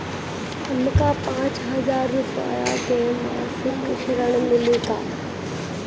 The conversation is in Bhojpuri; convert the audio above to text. हमका पांच हज़ार रूपया के मासिक ऋण मिली का?